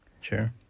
Sure